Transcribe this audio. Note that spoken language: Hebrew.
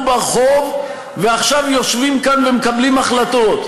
ברחוב ועכשיו יושבים כאן ומקבלים החלטות.